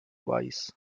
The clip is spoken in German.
weiß